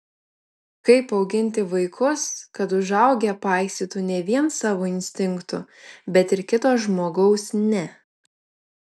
kaip auginti vaikus kad užaugę paisytų ne vien savo instinktų bet ir kito žmogaus ne